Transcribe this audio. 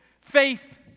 faith